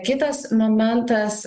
kitas momentas